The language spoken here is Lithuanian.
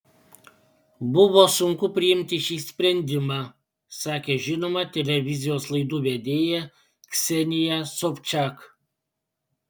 buvo sunku priimti šį sprendimą sakė žinoma televizijos laidų vedėja ksenija sobčiak